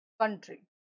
country